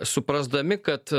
suprasdami kad